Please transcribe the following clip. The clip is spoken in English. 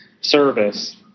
service